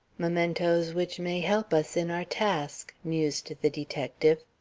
mementoes which may help us in our task, mused the detective.